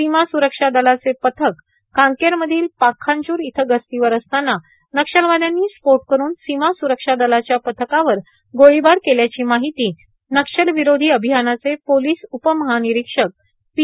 सीमा सुरक्षा दलाचे पथक कांकेर मधील पाखांजूर इथं गस्तीवर असताना नक्षलवाद्यांनी स्फोट करून सीमा सुरक्षा दलाच्या पथकावर गोळीबार केल्याची माहिती नक्षल विरोधी अभियानाचे पोलीस उपमहानिरीक्षक पी